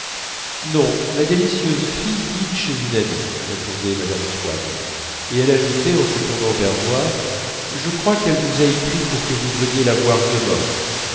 non ma délicieuse fille dîne chez une amie répondait mme swann et elle ajoutait en se tournant vers moi je crois qu'elle vous a écrit pour que vous veniez la voir demain